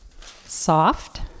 soft